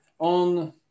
On